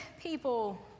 people